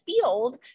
field